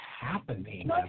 happening